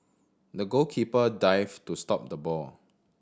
the goalkeeper dived to stop the ball